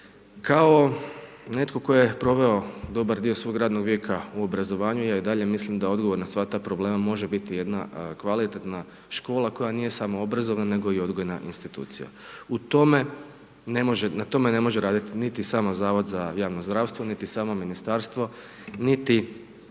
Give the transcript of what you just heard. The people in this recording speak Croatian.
Kao netko tko je proveo dobar dio svog radnog vijeka u obrazovanju, ja i dalje mislim da odgovor na sve te probleme može biti jedna kvalitetna škola koja nije samo obrazovna nego i odgojna institucija. U tome ne može, na tome ne može raditi niti samo Zavod za javno zdravstvo, niti samo ministarstvo, niti,